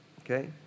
Okay